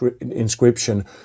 inscription